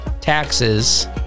taxes